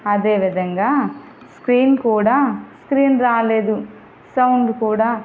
అదేవిధంగా స్క్రీన్ కూడా స్క్రీన్ రాలేదు సౌండ్ కూడా